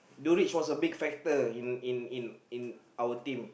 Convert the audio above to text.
Durich was a big factor in in in in our team